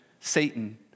Satan